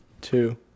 two